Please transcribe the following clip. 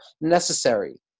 necessary